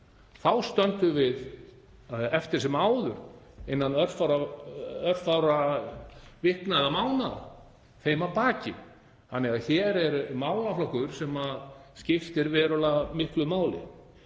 stöndum við eftir sem áður innan örfárra vikna eða mánaða þeim að baki. Hér er málaflokkur sem skiptir verulega miklu máli.